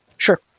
Sure